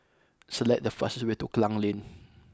select the fastest way to Klang Lane